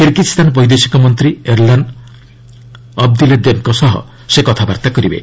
Kyrgyzstan ବୈଦେଶିକ ମନ୍ତ୍ରୀ Erlan ଅବ୍ଦିଲ୍ଦେବ୍ଙ୍କ ସହ ସେ କଥାବର୍ତ୍ତା କରିବେ